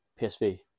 PSV